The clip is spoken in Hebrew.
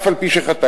אף-על-פי שחטא,